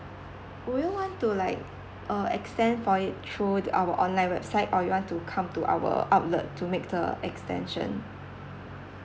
would you want to like uh extend for it through the our online website or you want to come to our outlet to make the extension